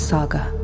Saga